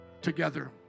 together